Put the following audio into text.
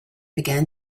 began